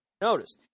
notice